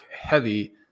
heavy